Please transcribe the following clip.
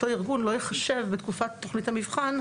אותו ארגון לא ייחשב בתקופת תוכנית המבחן,